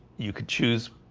you could choose,